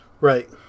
Right